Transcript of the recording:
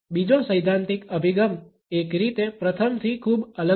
બીજો સૈદ્ધાંતિક અભિગમ એક રીતે પ્રથમથી ખૂબ અલગ નથી